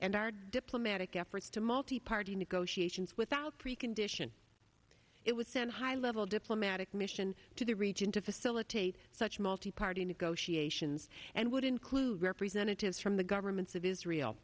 and our diplomatic efforts to multi party negotiations without precondition it would send high level diplomatic mission to the region to facilitate such multi party negotiations and would include representatives from the governments of israel